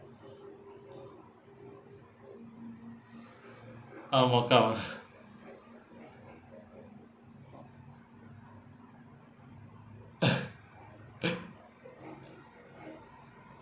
um workout ah